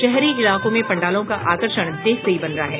शहरी इलाकों में पंडालों का आकर्षण देखते ही बन रहा है